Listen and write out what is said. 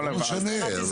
זה לא משנה.